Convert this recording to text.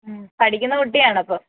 പഠിക്കുന്ന കുട്ടിയാണ് അപ്പം